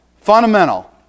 fundamental